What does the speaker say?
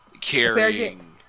carrying